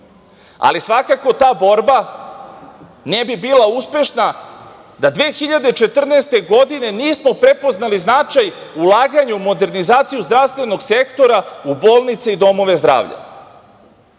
virusom. Svakako, ta borba ne bi bila uspešna da 2014. godine nismo prepoznali značaj ulaganja u modernizaciju zdravstvenog sektora u bolnice i domove zdravlja. Podsetiću